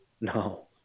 No